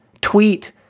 Tweet